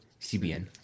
CBN